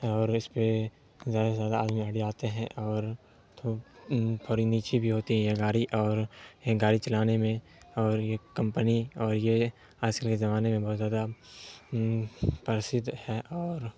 اور اس پہ زیادہ سے زیادہ آدمی اٹ جاتے ہیں اور تھوڑی نیچی بھی ہوتی ہیں یہ گاڑی اور یہ گاڑی چلانے میں اور یہ کمپنی اور یہ آج کل کے زمانے میں بہت زیادہ پرسدھ ہے اور